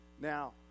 Now